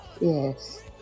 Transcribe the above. yes